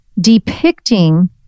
Depicting